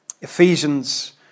Ephesians